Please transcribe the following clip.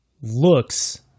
looks